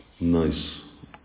nice